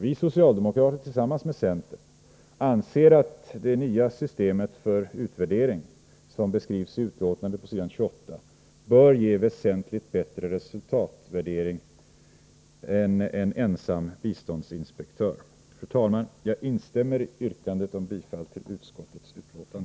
Vi socialdemokrater anser — tillsammans med centerpartisterna — att det nya systemet för utvärdering, som beskrivs i betänkandet på s. 28, bör ge väsentligt bättre resultatvärdering än en ensam biståndsinspektör. Fru talman! Jag instämmer i yrkandet om bifall till utskottets hemställan.